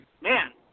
man